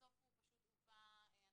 לבסוף אנחנו